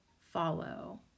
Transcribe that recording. follow